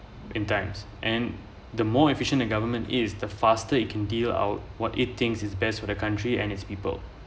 in times and the more efficient the government is the faster you can deal out what he thinks is best for the country and its people